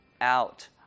out